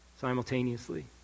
simultaneously